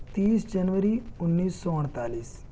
تیس جنوری انیس سو اڑتالیس